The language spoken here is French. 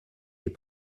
les